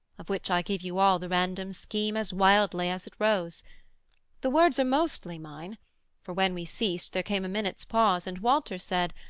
of which i give you all the random scheme as wildly as it rose the words are mostly mine for when we ceased there came a minute's pause, and walter said,